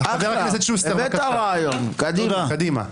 אחלה, הבאת רעיון, קדימה.